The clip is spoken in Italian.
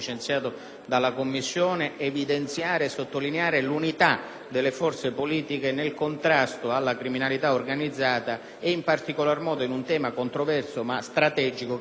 Grazie,